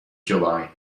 july